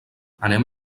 anem